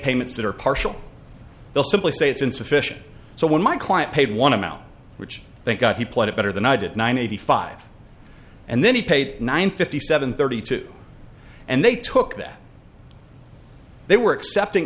payments that are partial they'll simply say it's insufficient so when my client paid one amount which they got he played it better than i did ninety five and then he paid nine fifty seven thirty two and they took that they were accepting